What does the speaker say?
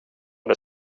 det